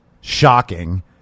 shocking